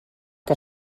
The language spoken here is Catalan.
que